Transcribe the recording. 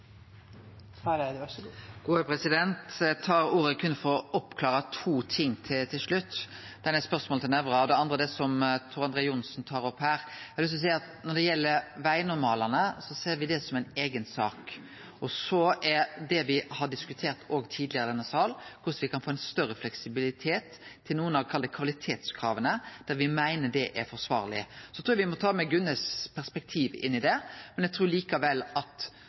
Eg tar ordet berre for å oppklare to ting til slutt. Det eine gjeld spørsmålet frå Nævra, og det andre er det som Tor André Johnsen tar opp. Eg har lyst til å seie at når det gjeld vegnormalane, ser me det som ei eiga sak – det me òg har diskutert tidlegare i denne salen, om korleis me kan få større fleksibilitet til nokre av kvalitetskrava der me meiner at det er forsvarleg. Så trur eg me må ta med perspektivet til Gunnes inn i det, men eg trur likevel